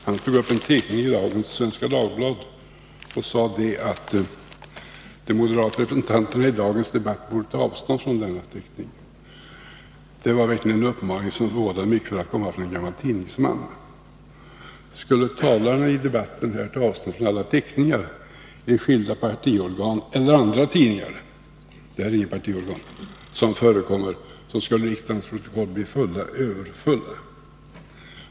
Han tog upp en teckning i dagens Svenska Dagblad och sade att de moderata representanterna i dagens debatt borde ta avstånd från denna teckning. Det var en uppmaning som verkligen förvånar mig för att komma från en gammal tidningsman. Skulle talarna i debatten ta avstånd från alla teckningar i skilda partiorgan eller andra tidningar — detta är inget partiorgan — så skulle riksdagens protokoll bli överfulla.